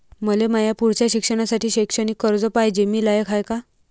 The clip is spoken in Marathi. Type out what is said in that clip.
मले माया पुढच्या शिक्षणासाठी शैक्षणिक कर्ज पायजे, मी लायक हाय का?